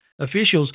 officials